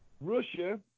Russia